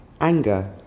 anger